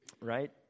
right